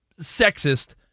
sexist